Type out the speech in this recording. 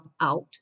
out